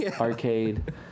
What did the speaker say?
arcade